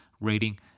rating